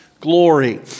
Glory